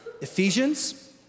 Ephesians